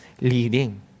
leading